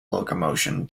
locomotion